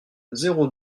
zéro